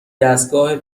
دستگاه